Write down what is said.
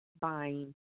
buying